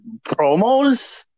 promos